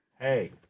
Hey